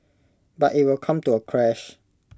but IT will come to A crash